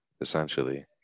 essentially